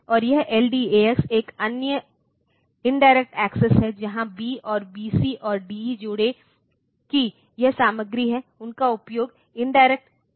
और यह LDAX एक अन्य इनडायरेक्ट एक्सेस है जहां B और B C और D E जोड़े की यह सामग्री है उनका उपयोग इनडायरेक्ट एंट्रीजके रूप में किया जा सकता है